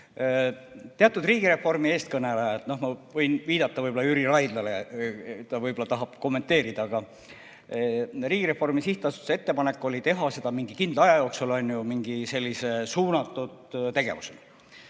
Teatud riigireformi eestkõnelejad, ma võin viidata Jüri Raidlale, ta võib-olla tahab kommenteerida, aga Riigireformi Sihtasutuse ettepanek oli teha seda mingi kindla aja jooksul mingi suunatud tegevusena.